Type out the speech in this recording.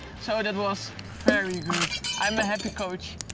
so that was very good. i'm a happy coach.